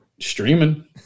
streaming